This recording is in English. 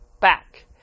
back